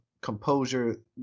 composure